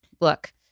Look